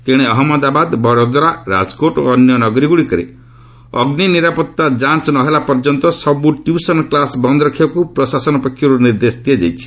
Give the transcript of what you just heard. ତେଣେ ଅହଜ୍ଞଦାବାଦ ବଦୋଦରା ରାଜକୋଟ୍ ଓ ଅନ୍ୟ ନଗରୀଗ୍ରଡ଼ିକରେ ଅଗ୍ନି ନିରାପତ୍ତା ଯାଞ୍ଚ ନ ହେଲା ପର୍ଯ୍ୟନ୍ତ ସବୁ ଟ୍ୟୁସନ୍ କ୍ଲାସ୍ ବନ୍ଦ୍ ରଖିବାକୁ ପ୍ରଶାସନ ପକ୍ଷର୍ ନିର୍ଦ୍ଦେଶ ଦିଆଯାଇଛି